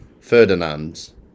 Ferdinand's